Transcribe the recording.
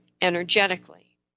energetically